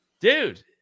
Dude